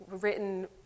written